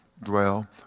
dwell